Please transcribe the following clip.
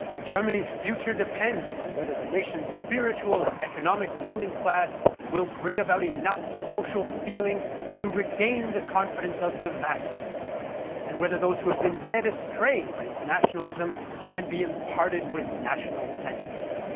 germany's future depends on whether the nation's spiritual and economic ruling class will bring about enough social feeling to regain the confidence of the masses and whether those who have been led astray by internationalism can be imparted with national sentiment.